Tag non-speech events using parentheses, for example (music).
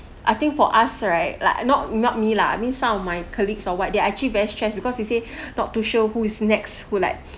I think for us right like not not me lah I mean some of my colleagues or what they're actually very stress because they say (breath) not to sure who is next who like